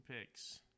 picks